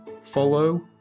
Follow